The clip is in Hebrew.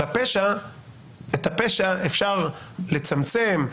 את הפשע אפשר לצמצם,